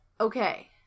okay